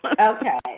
Okay